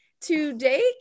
Today